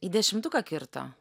į dešimtuką kirto